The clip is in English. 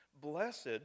blessed